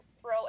throw